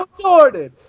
Jordan